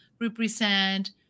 represent